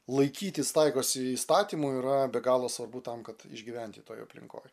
laikytis taigos įstatymu yra be galo svarbu tam kad išgyventi toj aplinkoj